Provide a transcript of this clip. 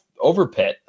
Overpit